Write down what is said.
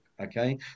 okay